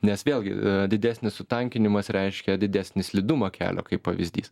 nes vėlgi didesnis sutankinimas reiškia didesnį slidumą kelio kaip pavyzdys